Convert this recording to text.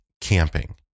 camping